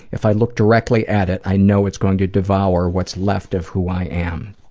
if i look directly at it, i know it's going to devour what's left of who i am.